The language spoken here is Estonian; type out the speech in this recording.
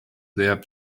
leiab